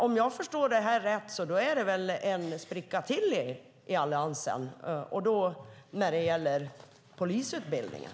Om jag förstår det hela rätt finns det ytterligare en spricka i Alliansen vad gäller polisutbildningen.